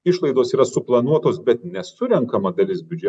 išlaidos yra suplanuotos bet nesurenkama dalis biudže